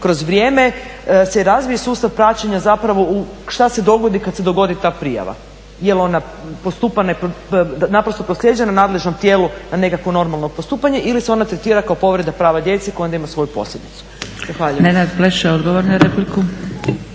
kroz vrijeme se razvije sustav praćenja zapravo što se dogodi kad se dogodi ta prijava. Je li ona naprosto proslijeđena nadležnom tijelu na nekakvo normalno postupanje ili se ona tretira kao povreda prava djece koja onda ima svoju posljedicu.